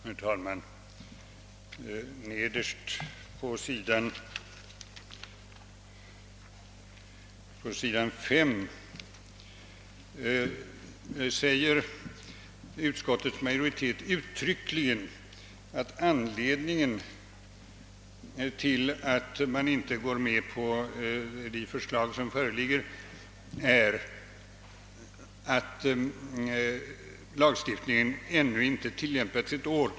Herr talman! Nederst på sidan 5 i betänkandet säger utskottets majoritet uttryckligen ifrån att anledningen till att man inte går med på de förslag som fö religger är att lagstiftningen »ännu inte tillämpats ett år».